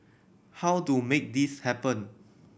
how to make this happen